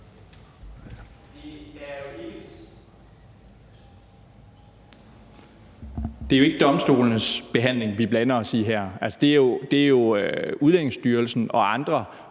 Det er ikke domstolenes behandling, vi blander os i her. Det er jo Udlændingestyrelsen og andre